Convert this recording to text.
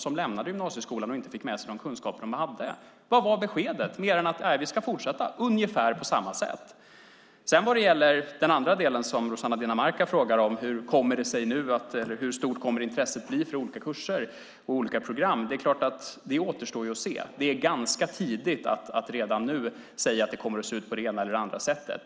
som lämnade gymnasieskolan och inte fick med sig de kunskaper de behövde? Vad var beskedet mer än att vi ska fortsätta på ungefär samma sätt? Sedan gäller det den andra delen, som Rossana Dinamarca frågar om, hur stort intresset kommer att bli för olika kurser och olika program. Det är klart att det återstår att se. Det är ganska tidigt att redan nu säga att det kommer att se ut på det ena eller det andra sättet.